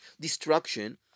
destruction